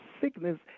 sickness